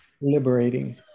Liberating